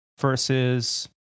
versus